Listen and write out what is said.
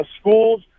schools